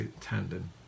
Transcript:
tendon